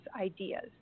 ideas